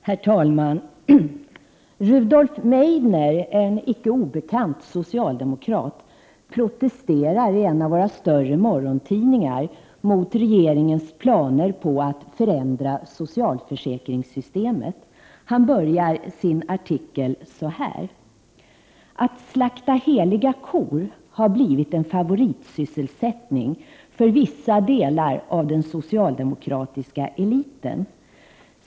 Herr talman! Rudolf Meidner, en icke obekant socialdemokrat, protesterar i en av våra större morgontidningar mot regeringens planer på att förändra socialförsäkringssystemet. Han börjar sin artikel på följande sätt: ”Att slakta heliga kor har blivit en favoritsysselsättning för vissa delar av den socialdemokratiska eliten.